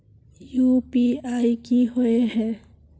UPI की होय है?